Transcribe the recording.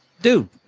dude